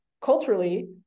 culturally